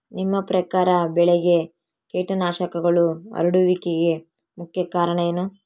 ನಿಮ್ಮ ಪ್ರಕಾರ ಬೆಳೆಗೆ ಕೇಟನಾಶಕಗಳು ಹರಡುವಿಕೆಗೆ ಮುಖ್ಯ ಕಾರಣ ಏನು?